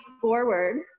forward